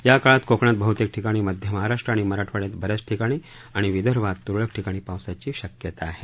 या काळात कोकणात बहुतेक ठिकाणी मध्य महाराष्ट्र आणि मराठवाड्यात बऱ्याच ठिकाणी आणि विदर्भात तुरळक ठिकाणी पाऊस पडण्याची शक्यता आहे